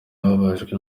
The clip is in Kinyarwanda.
bababajwe